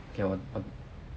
okay 我